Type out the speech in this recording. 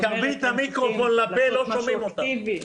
תקרבי את המיקרופון לפה, לא שומעים אותך.